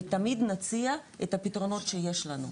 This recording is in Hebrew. ותמיד נציע את הפתרונות שיש לנו.